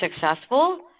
successful